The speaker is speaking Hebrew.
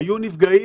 היו נפגעים,